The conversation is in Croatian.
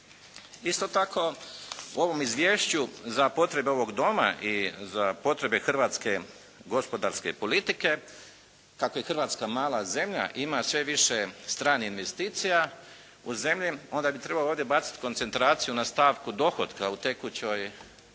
Isto tako, u ovom izvješću za potrebe ovog Doma i za potrebe hrvatske gospodarske politike kako je Hrvatska mala zemlja ima sve više stranih investicija u zemlji, onda bi ovdje trebalo baciti koncentraciju na stavku dohotka u tekućoj